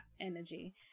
energy